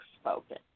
spoken